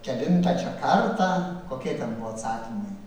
kelintą čia kartą kokie ten buvo atsakymai